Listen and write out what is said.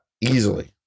easily